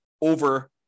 over